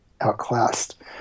outclassed